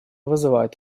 вызывает